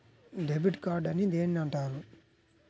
Debit card అని దేనిని అంటారు?